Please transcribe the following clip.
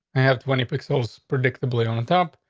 i have twenty pixels predictably on a jump.